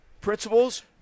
principles